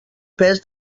pes